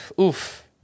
oof